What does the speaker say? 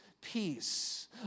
Peace